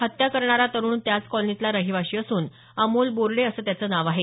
हत्या करणारा तरूण त्याच कॉलनीतला रहिवाशी असून अमोल बोर्डे असं त्याचं नाव आहे